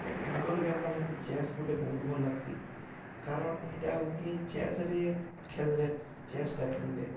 ଆଉ ଇନ୍ଡୋର୍ ଗେମ୍ଟା ମତେ ଚେସ୍ ଗୁଟେ ବହୁତ୍ ଭଲ୍ ଲାଗ୍ସି କାରଣ୍ ଇଟା ହଉଛେ ଚେସ୍ରେ ଖେଲ୍ଲେ ଚେସ୍ଟା ଖେଲ୍ଲେ